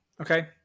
okay